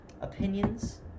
Opinions